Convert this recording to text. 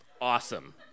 Awesome